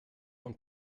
von